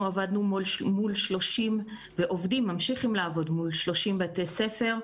אנחנו עבדנו ועובדים מול 30 בתי ספר.